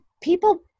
people